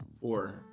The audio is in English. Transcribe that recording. four